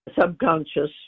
subconscious